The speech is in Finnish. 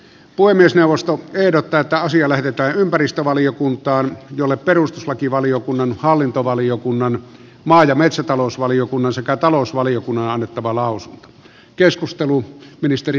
puhemiesneuvosto ehdottaa että asia lähetetään ympäristövaliokuntaan jolle perustuslakivaliokunnan hallintovaliokunnan maa ja metsätalousvaliokunnan sekä talousvaliokunnan on annettava lausunto